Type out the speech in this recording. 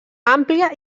àmplia